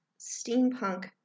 steampunk